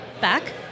Back